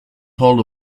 hall